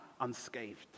unscathed